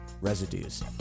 Residues